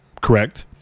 correct